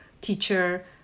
teacher